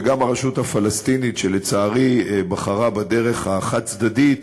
וגם הרשות הפלסטינית, שלצערי בחרה בדרך החד-צדדית,